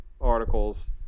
articles